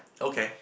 okay